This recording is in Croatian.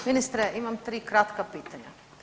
Ministre imam 3 kratka pitanja.